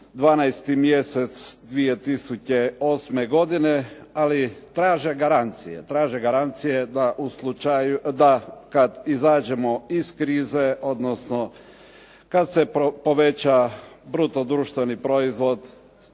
12. mjesec 2008. godine, ali traže garancije. Traže garancije da kad izađemo iz krize, odnosno kad se poveća bruto društveni plaće